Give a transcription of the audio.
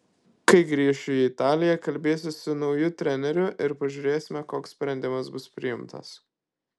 kai grįšiu į italiją kalbėsiuosi su nauju treneriu ir pažiūrėsime koks sprendimas bus priimtas